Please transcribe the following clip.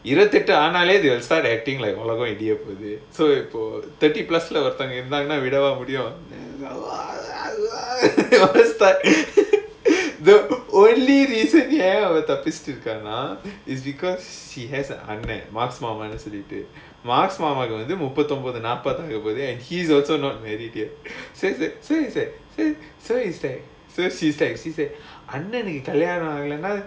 இருபத்தெட்டு ஆனாலே:iruppaththaettu aanaalae start to think like oh my god முடியபோகுது:mudiya poguthu for thirty plus where got இருந்தாங்கனா விடவா முடியும்:irunththaangana vidavaa mudiyum then the only reason தப்பிச்சிட்ருங்கங்கனா:thapichitrukanganaa is because he has a annan and he's also not married yet so is that so is that so she's like she's like அண்ணனுக்கு கல்யாணம் ஆகலனா:annanukku kalyaanam aagalanaa